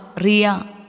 Ria